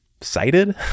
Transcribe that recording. cited